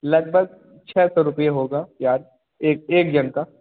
लगभग छः सौ रुपया होगा या एक एक जन का